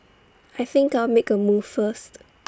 I think I'll make A move first